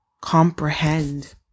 comprehend